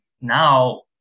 now